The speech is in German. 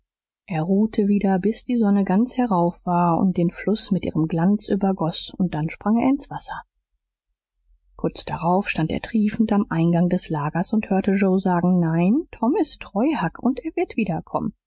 er ruhte wieder bis die sonne ganz herauf war und den fluß mit ihrem glanz übergoß und dann sprang er ins wasser kurz darauf stand er triefend am eingang des lagers und hörte joe sagen nein tom ist treu huck und er wird wiederkommen